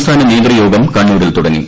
സംസ്ഥാന നേതൃത്യോഗം കണ്ണൂരിൽ തുടങ്ങി